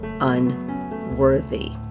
unworthy